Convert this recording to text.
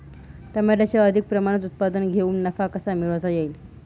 टमाट्याचे अधिक प्रमाणात उत्पादन घेऊन नफा कसा मिळवता येईल?